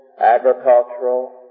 agricultural